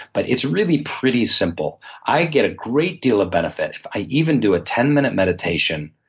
but it's really pretty simple. i get a great deal of benefit if i even do a ten minute meditation.